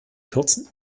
kürzen